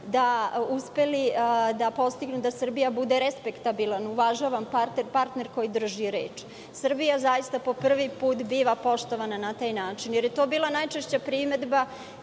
uspeli da postignu da Srbija bude respektabilan i uvažavan partner koji drži reč. Srbija zaista po prvi put biva poštovana na taj način. To je bila najčešća primedba